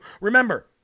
Remember